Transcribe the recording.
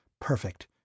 Perfect